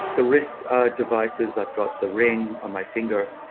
the risk devices. i've got the ring on my finger.